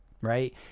right